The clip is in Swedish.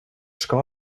ska